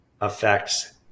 affects